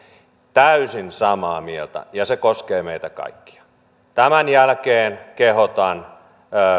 täysin samaa mieltä ja se koskee meitä kaikkia tämän jälkeen kehotan